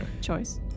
Choice